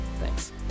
Thanks